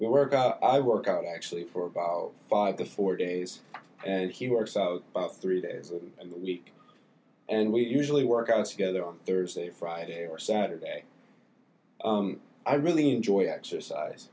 workout i work out actually for about five to four days and he works out about three days a week in the week and we usually work out together on thursday friday or saturday i really enjoy exercise